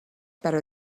better